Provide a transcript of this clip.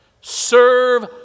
Serve